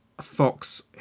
Fox